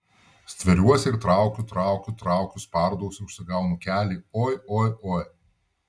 stveriuosi ir traukiu traukiu traukiu spardausi užsigaunu kelį oi oi oi